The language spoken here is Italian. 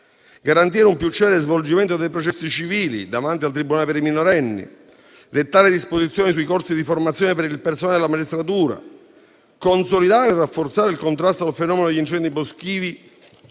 garantire un più celere svolgimento dei processi civili davanti al tribunale per i minorenni; dettare disposizioni sui corsi di formazione per il personale della magistratura; consolidare e rafforzare il contrasto al fenomeno degli incendi boschivi